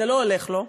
זה לא הולך לו,